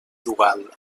dual